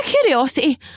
curiosity